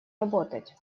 работать